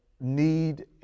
need